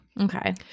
Okay